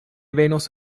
venos